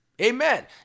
Amen